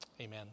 Amen